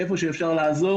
איפה שאפשר לעזור